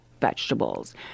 vegetables